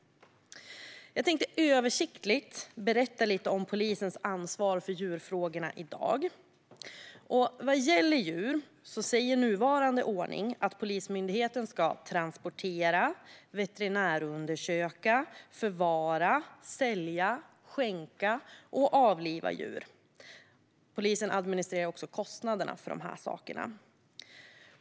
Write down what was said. Jag ska översiktligt berätta lite om polisens ansvar för djurfrågorna i dag. Nuvarande ordning säger att Polismyndigheten ska transportera, veterinärundersöka, förvara, sälja, skänka och avliva djur. Polisen administrerar också kostnaderna för detta.